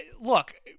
Look